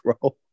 bro